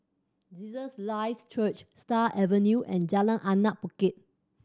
Jesus Live Church Stars Avenue and Jalan Anak Bukit